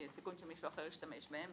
כי הסיכון שמישהו אחר השתמש בהם.